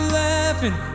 laughing